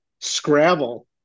Scrabble